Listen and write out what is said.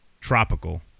Tropical